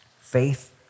Faith